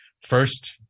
first